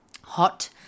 hot